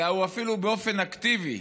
אלא אפילו, באופן אקטיבי,